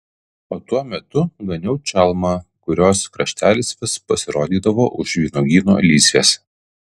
o tuo metu ganiau čalmą kurios kraštelis vis pasirodydavo už vynuogyno lysvės